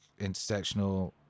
intersectional